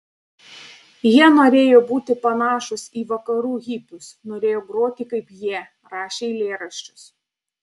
jie norėjo būti panašūs į vakarų hipius norėjo groti kaip jie rašė eilėraščius